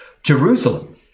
Jerusalem